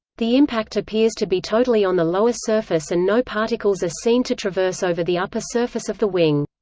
the impact appears to be totally on the lower surface and no particles are seen to traverse over the upper surface of the wing.